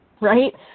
right